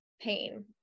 pain